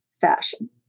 fashion